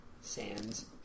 sands